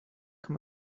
kann